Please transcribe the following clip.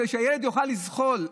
כדי שהילד יוכל לזחול.